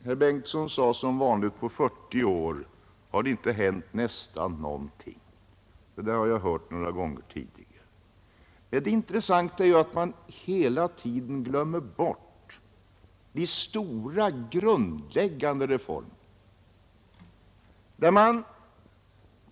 Herr Bengtson sade som vanligt att nästan ingenting har hänt på 40 år år. Det har jag hört några gånger tidigare. Det intressanta är ju att man hela tiden glömmer bort de stora och grundläggande reformerna.